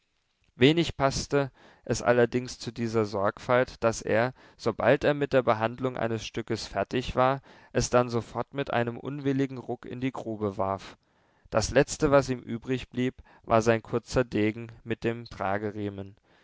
wenig paßte es allerdings zu dieser sorgfalt daß er sobald er mit der behandlung eines stückes fertig war es dann sofort mit einem unwilligen ruck in die grube warf das letzte was ihm übrigblieb war sein kurzer degen mit dem